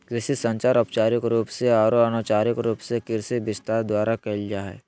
कृषि संचार औपचारिक रूप से आरो अनौपचारिक रूप से कृषि विस्तार द्वारा कयल जा हइ